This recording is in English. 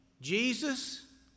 Jesus